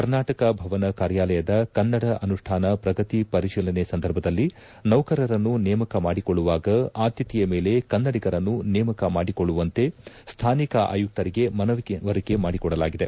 ಕರ್ನಾಟಕ ಭವನ ಕಾರ್ಯಾಲಯದ ಕನ್ನಡ ಅನುಷ್ಠಾನ ಪ್ರಗತಿ ಪರಿಶೀಲನೆ ಸಂದರ್ಭದಲ್ಲಿ ನೌಕರರನ್ನು ನೇಮಕ ಮಾಡಿಕೊಳ್ಳುವಾಗ ಆದ್ಯತೆಯ ಮೇಲೆ ಕನ್ನಡಿಗರನ್ನು ನೇಮಕ ಮಾಡಿಕೊಳ್ಳುವಂತೆ ಸ್ಥಾನಿಕ ಆಯುಕ್ತರಿಗೆ ಮನವರಿಕೆ ಮಾಡಿಕೊಡಲಾಗಿದೆ